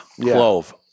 clove